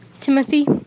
Timothy